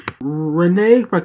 Renee